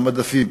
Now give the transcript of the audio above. על המדפים.